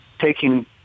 taking